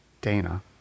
Dana